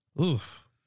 oof